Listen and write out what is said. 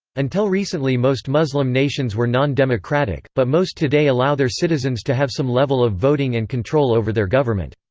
until recently most muslim nations were non-democratic, but most today allow their citizens to have some level of voting and control over their government.